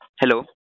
hello